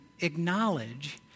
acknowledge